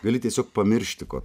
gali tiesiog pamiršti ko